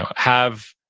ah have,